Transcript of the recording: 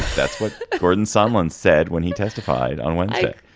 that's what gordon sunland's said when he testified on wednesday.